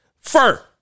fur